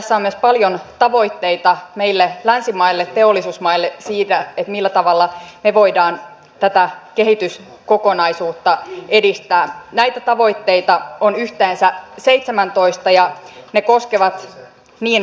näistä energiapolitiikan ja energiatalouden linjauksiin liittyvistä kysymyksistä monet itse asiassa melkein kaikki tullaan käsittelemään perusteellisesti äskettäin käynnistyneen kansallisen energia ja ilmastostrategian valmistelun yhteydessä